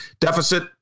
deficit